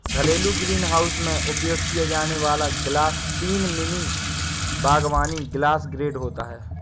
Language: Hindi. घरेलू ग्रीनहाउस में उपयोग किया जाने वाला ग्लास तीन मिमी बागवानी ग्लास ग्रेड होता है